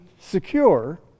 secure